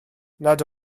nad